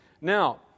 Now